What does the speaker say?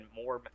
more